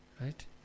right